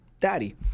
Daddy